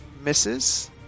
misses